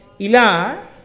Ila